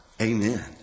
Amen